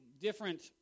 different